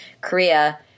Korea